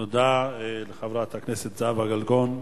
תודה לחברת הכנסת זהבה גלאון.